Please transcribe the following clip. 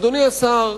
אדוני השר,